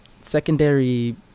secondary